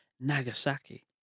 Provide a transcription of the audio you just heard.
Nagasaki